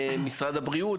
משרד הבריאות,